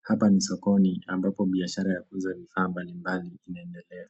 Hapa ni sokoni ambapo biashara ya kuuza vifaa mbalimbali inaendelea.